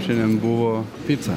šiandien buvo pica